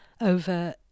over